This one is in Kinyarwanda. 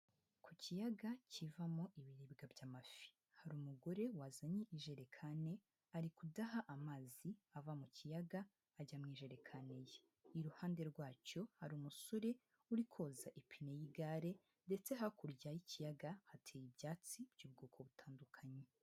Ku kiyaga kivamo ibiribwa by'amafi, hari umugore wazanye ijerekani ari kudaha amazi ava mu kiyaga ajya mu ijerekani ye, iruhande rwacyo hari umusore uri koza ipine y'igare, ndetse hakurya y'ikiyaga hateye ibyatsi by'ubwoko butandukanye.